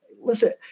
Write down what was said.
Listen